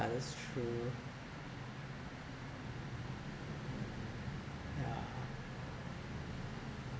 that's true yeah